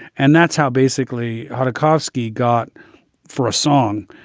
and that's how basically how tarkovsky got for a song,